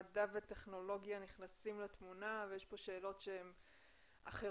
מדע וטכנולוגיה נכנסים לתמונה ויש כאן שאלות אחרות